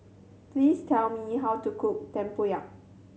please tell me how to cook tempoyak